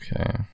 Okay